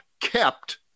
kept